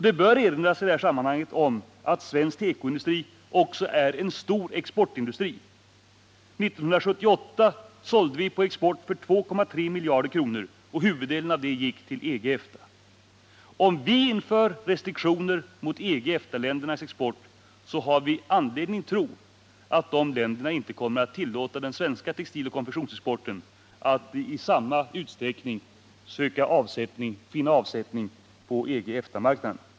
Det bör i det här sammanhanget erinras om att svensk tekoindustri också är en stor exportindustri. År 1978 sålde vi på export för 2,3 miljarder kronor, och huvuddelen gick till EG EFTA-ländernas export har vi anledning tro att de länderna inte kommer att tillåta den svenska textiloch konfektionsexporten att i samma utsträckning finna avsättning på EG/EFTA-marknaden.